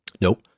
Nope